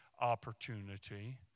opportunity